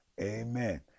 Amen